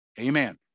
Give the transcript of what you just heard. Amen